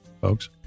folks